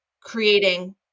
creating